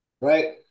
right